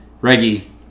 Reggie